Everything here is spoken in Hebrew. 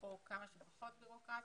או כמה שפחות ביורוקרטית.